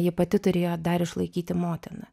ji pati turėjo dar išlaikyti motiną